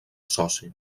soci